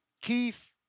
Keith